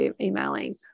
emailing